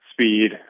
speed